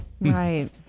Right